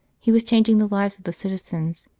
he was changing the lives of the citizens,